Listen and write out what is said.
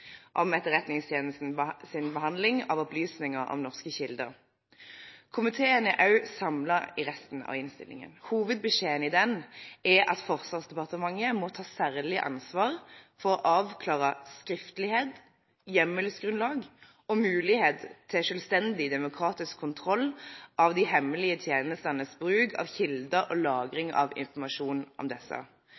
om Etterretningstjenestens behandling av opplysninger om norske kilder. Komiteen er også samlet i resten av innstillingen. Hovedbeskjeden i den er at Forsvarsdepartementet må ta særlig ansvar for å avklare skriftlighet, hjemmelsgrunnlag og mulighet til selvstendig demokratisk kontroll av de hemmelige tjenestenes bruk av kilder og lagring av informasjon om disse.